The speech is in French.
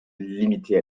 limiter